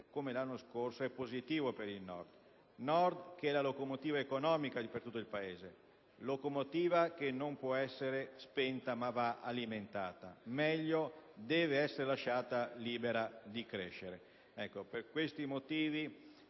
come l'anno scorso, è positivo per il Nord, Nord che è la locomotiva economica per tutto il Paese, locomotiva che non può essere spenta ma va alimentata meglio: deve essere lasciata libera di crescere. Concludendo,